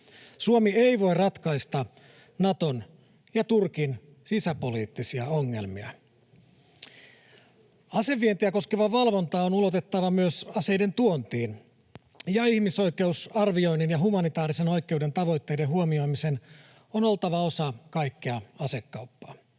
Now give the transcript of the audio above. Suomi ei voi ratkaista Naton ja Turkin sisäpoliittisia ongelmia. Asevientiä koskeva valvonta on ulotettava myös aseiden tuontiin, ja ihmisoikeusarvioinnin ja humanitaarisen oikeuden tavoitteiden huomioimisen on oltava osa kaikkea asekauppaa.